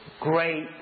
great